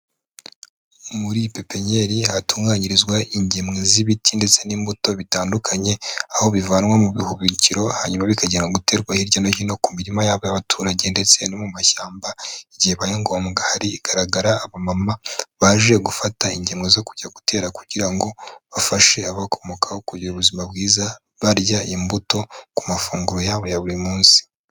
Muri pipinyeri hatunganyirizwa ingemwe z'ibiti ndetse n'imbuto bitandukanye, aho bivanwa mu bihunukiro hanyuma bikagenda guterwa hirya no hino ku mirima y'abaturage ndetse no mu mashyamba, igihe bibaye ngombwa. Hagaragara abamama baje gufata ingendo zo kujya gutera kugira ngo bafashe ababakomokaho kugira ubuzima bwiza, barya imbuto ku mafunguro yabo ya buri munsi.